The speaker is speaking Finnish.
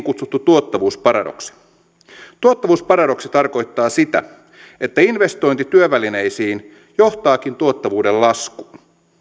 kutsuttu tuottavuusparadoksi tuottavuusparadoksi tarkoittaa sitä että investointi työvälineisiin johtaakin tuottavuuden laskuun